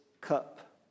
cup